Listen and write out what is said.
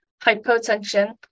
hypotension